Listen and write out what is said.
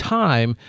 time